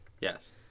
Yes